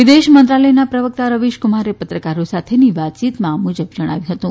વિદેશ મંત્રાલયના પ્રવક્તા રવિશક્રમારે પત્રકારો સાથેની વાતયીતમાં આ મુજબ જણાવ્યું હતું